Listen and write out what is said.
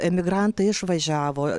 emigrantai išvažiavo